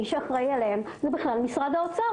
מי שאחראי עליהם זה משרד האוצר.